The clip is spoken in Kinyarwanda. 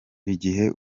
igihe